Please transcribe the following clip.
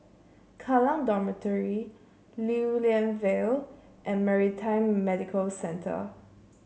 Kallang Dormitory Lew Lian Vale and Maritime Medical Centre